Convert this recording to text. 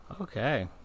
Okay